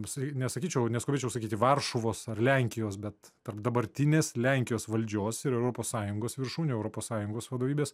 visai nesakyčiau neskubėčiau sakyti varšuvos ar lenkijos bet tarp dabartinės lenkijos valdžios ir europos sąjungos viršūnių europos sąjungos vadovybės